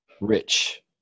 rich